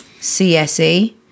CSE